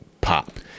pop